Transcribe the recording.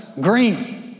green